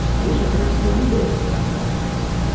i wish i could have one day where i felt happy.